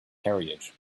carriage